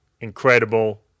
incredible